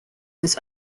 was